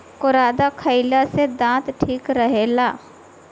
करौदा खईला से दांत ठीक रहेला